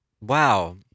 Wow